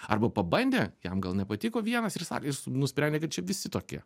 arba pabandė jam gal nepatiko vienas ir sako jis nusprendė kad čia visi tokie